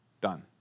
Done